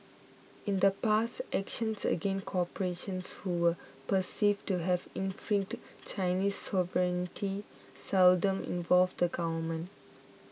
in the past actions against corporations who were perceived to have infringed Chinese sovereignty seldom involved the government